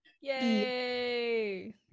Yay